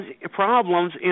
problems